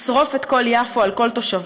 לשרוף את כל יפו על כל תושביה,